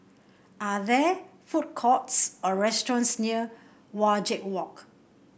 are there food courts or restaurants near Wajek Walk